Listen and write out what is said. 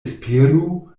esperu